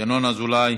ינון אזולאי.